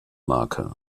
marke